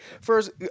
First